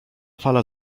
fala